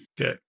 Okay